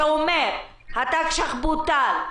שאומר: התקש"ח בוטל,